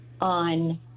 on